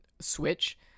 switch